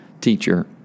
teacher